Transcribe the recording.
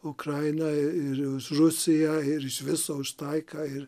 ukrainą ir už rusiją ir iš viso už taiką ir